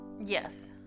Yes